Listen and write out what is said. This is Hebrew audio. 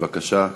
בבקשה.